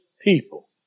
people